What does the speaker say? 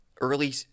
early